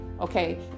Okay